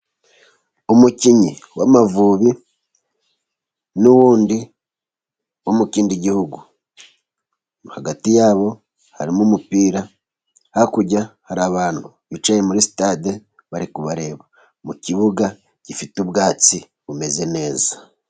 Umukinnyi w'Amavubi n'undi wo mu kindi gihugu. Hagati yabo harimo umupira, hakurya hari abantu bicaye muri sitade bari kubareba, mu kibuga gifite ubwatsi bumeze neza.